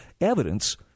evidence